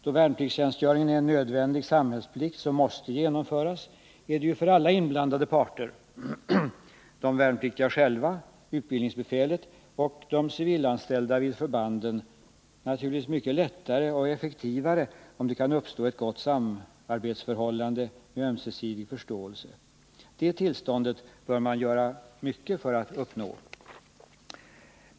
Då värnpliktstjänstgöringen är en nödvändig samhällsplikt som måste genomföras är det ju för alla inblandade parter — de värnpliktiga själva, utbildningsbefälet och de civilanställda vid förbanden — naturligtvis mycket lättare och effektivare, om det kan uppstå ett gott samarbetsförhållande med ömsesidig förståelse. Det tillståndet bör man göra mycket för att uppnå.